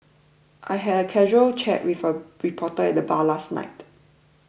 I had a casual chat with a reporter at bar last night